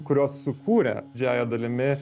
kuriuos sukūrė didžiąja dalimi